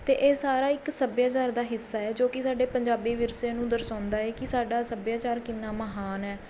ਅਤੇ ਇਹ ਸਾਰਾ ਇੱਕ ਸੱਭਿਆਚਾਰ ਦਾ ਹਿੱਸਾ ਹੈ ਜੋ ਕਿ ਸਾਡੇ ਪੰਜਾਬੀ ਵਿਰਸੇ ਨੂੰ ਦਰਸਾਉਂਦਾ ਏ ਕਿ ਸਾਡਾ ਸੱਭਿਆਚਾਰ ਕਿੰਨਾ ਮਹਾਨ ਹੈ